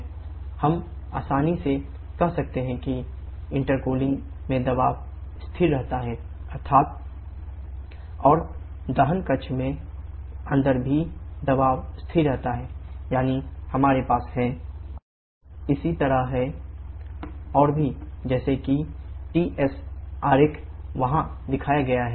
हम आसानी से कह सकते हैं कि इंटेरकूलिंग में दबाव स्थिर रहता है अर्थात 𝑃2 𝑃3 और दहन कक्ष के अंदर भी दबाव स्थिर रहता है यानी हमारे पास 𝑃4 𝑃5 𝑃6 इसी तरह है 𝑃7 𝑃8 और भी जैसा कि Ts आरेख वहां दिखाया गया है